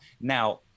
Now